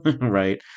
Right